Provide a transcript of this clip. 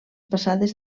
passades